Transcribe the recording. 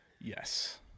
Yes